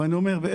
מה אתה מציע?